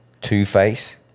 Two-Face